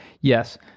Yes